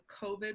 COVID